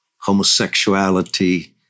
homosexuality